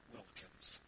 Wilkins